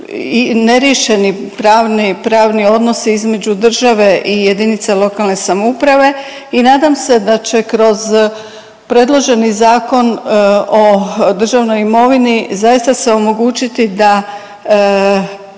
pravni, pravni odnosi između države i jedinice lokalne samouprave. I nadam se da će kroz predloženi Zakon o državnoj imovini zaista se omogućiti da